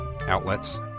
outlets